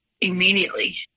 immediately